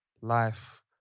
life